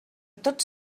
tots